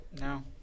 No